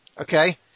okay